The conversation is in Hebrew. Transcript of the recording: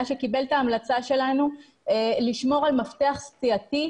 שקיבל את ההמלצה שלנו לשמור על מפתח סיעתי.